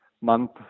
month